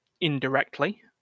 indirectly